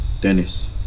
Dennis